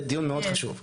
זה דיון מאוד חשוב.